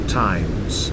times